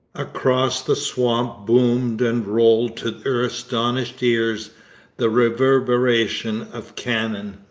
across the swamp boomed and rolled to their astonished ears the reverberation of cannon.